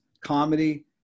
comedy